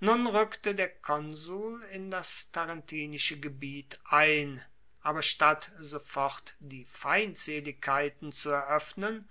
nun rueckte der konsul in das tarentinische gebiet ein aber statt sofort die feindseligkeiten zu eroeffnen